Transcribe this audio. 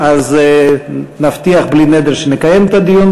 היא לא מחפשת מריבות עם אף אחד,